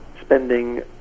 spending